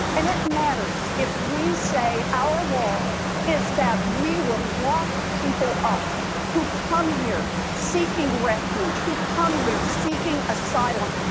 and it matters if we say our law is that we will lock people up who come here seeking refuge, who come here seeking asylum.